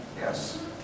Yes